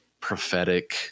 prophetic